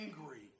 angry